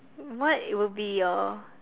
what it will be your